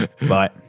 Bye